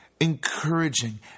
encouraging